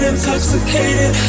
Intoxicated